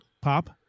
pop